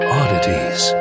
oddities